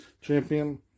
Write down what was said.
Champion